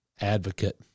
advocate